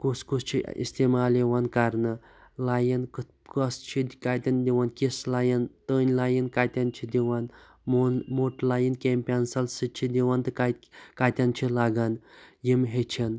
کُس کُس چھ اِستعمال یِوان کَرنہٕ لایِن کِتھ کوٚس چھِ کَتیٚن دِوان کِژھ لایِن تٔنۍ لایِن کَتٮیٚن چھِ دِوان موٚن موٚٹ لایِن کمہِ پیٚنسَل سۭتۍ چھِ دِوان تہٕ کَتیٚن چھِ لَگان یِم ہِیٚچھَن